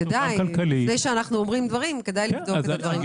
לפני שאומרים דברים כדאי לבדוק את הדברים.